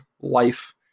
life